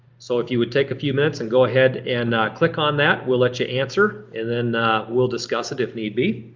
so if you would take a few minutes and go ahead and click on that we'll let you answer and then we'll discuss it if need be.